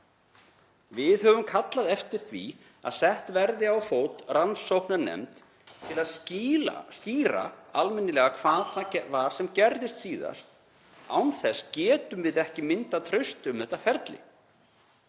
Við höfum kallað eftir því að sett verði á fót rannsóknarnefnd til að skýra almennilega hvað það var sem gerðist síðast. Án þess getum við ekki myndað traust um þetta ferli.